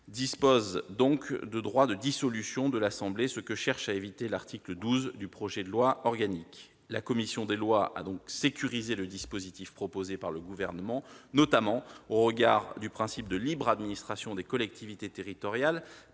dispose donc d'un droit de dissolution de l'assemblée, ce que cherche à éviter l'article 12 du projet de loi organique. La commission des lois a par conséquent sécurisé le dispositif proposé par le Gouvernement, notamment au regard du principe de libre administration des collectivités territoriales